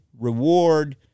reward